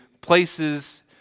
places